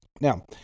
now